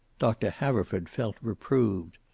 doctor haverford felt reproved.